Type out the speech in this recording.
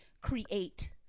create